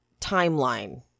timeline